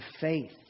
faith